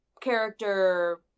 character